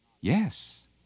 Yes